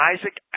Isaac